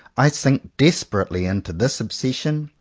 i sink desperately into this obsession,